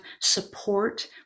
support